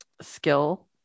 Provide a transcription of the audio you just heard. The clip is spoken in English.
skill